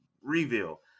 reveal